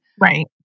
Right